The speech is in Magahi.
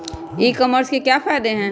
ई कॉमर्स के क्या फायदे हैं?